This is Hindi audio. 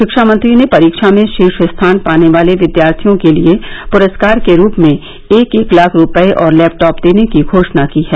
रिश्वा मंत्री ने परीक्षा में शीर्ष स्थान पाने वाले विद्यार्थियों के लिए पुरस्कार के रूप में एक एक लाख रुपये और लैपटॉप देने की घोषणा की है